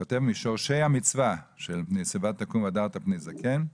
הוא כותב: משורשי המצווה של מפני שיבה תקום והדרת פני זקן,